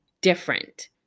different